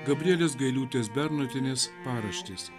gabrielės gailiūtės bernotienės paraštės